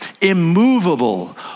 immovable